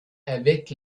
avec